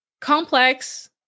complex